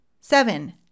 Seven